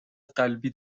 قلبی